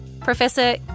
Professor